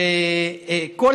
ג'אנק פוד.